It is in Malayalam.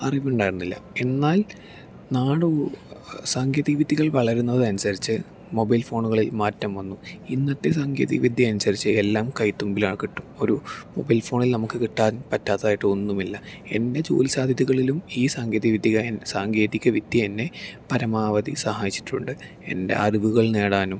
അറിവുണ്ടായിരുന്നില്ല എന്നാൽ സാങ്കേതിക വിദ്യകൾ വളരുന്നതനുസരിച്ച് മൊബൈൽ ഫോണുകളിൽ മാറ്റം വന്നു ഇന്നത്തെ സാങ്കേതിക വിദ്യകൾ അനുസരിച്ച് എല്ലാം കൈത്തുമ്പിൽ കിട്ടും ഒരു മൊബൈൽ ഫോണിൽ നമുക്ക് കിട്ടാൻ പറ്റാത്തതായ് ഒന്നുമില്ല എന്റെ ജോലി സാധ്യതകളിലും ഈ സാങ്കേതിക വിതിക സാങ്കേതിക വിദ്യ എന്നെ പരമാവധി സഹായിച്ചിട്ടുണ്ട് എന്റെ അറിവുകൾ നേടാനും